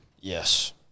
Yes